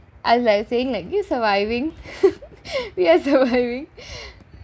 I saying like this is surviving we are surviving